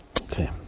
Okay